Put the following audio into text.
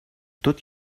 tot